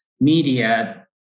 media